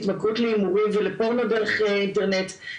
התמכרות להימורים ולפורנו דרך אינטרנט,